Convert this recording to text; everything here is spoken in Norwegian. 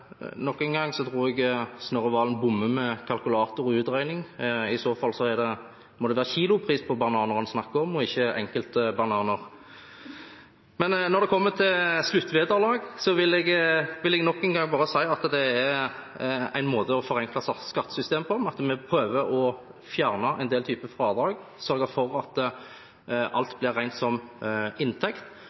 Nok en gang tror jeg Snorre Serigstad Valen bommer med kalkulatorutregningen, for i så fall må det være kilopris på bananer han snakker om – ikke på enkelte bananer. Men når det gjelder sluttvederlag, vil jeg nok en gang si at dette er en måte å forenkle skattesystemet på, ved at vi prøver å fjerne en del typer fradrag, sørger for at alt blir regnet som inntekt.